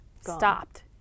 stopped